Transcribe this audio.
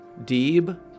deeb